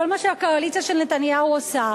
כל מה שהקואליציה של נתניהו עושה,